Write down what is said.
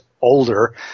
older